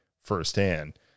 firsthand